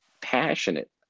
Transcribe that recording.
passionate